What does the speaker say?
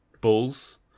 Bulls